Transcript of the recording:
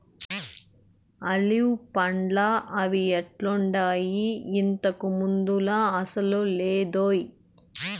olive పండ్లా అవి ఎట్టుండాయి, ఇంతకు ముందులా అసలు లేదోయ్